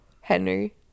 Henry